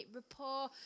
rapport